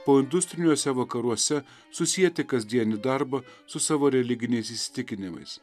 poindustriniuose vakaruose susieti kasdienį darbą su savo religiniais įsitikinimais